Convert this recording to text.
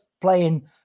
playing